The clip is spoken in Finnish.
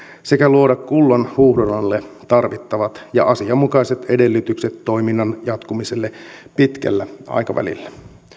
sekä luoda kullanhuuhdonnalle tarvittavat ja asianmukaiset edellytykset toiminnan jatkumiselle pitkällä aikavälillä